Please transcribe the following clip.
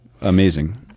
Amazing